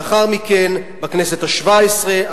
לאחר מכן בכנסת השבע-עשרה.